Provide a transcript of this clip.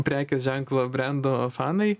prekės ženklo brendo fanai